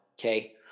Okay